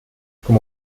como